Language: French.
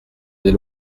des